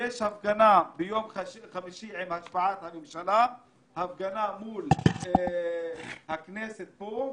יש הפגנה ביום חמישי עם השבעת הממשלה מול הכנסת פה,